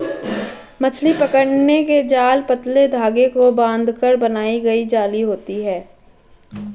मछली पकड़ने के जाल पतले धागे को बांधकर बनाई गई जाली होती हैं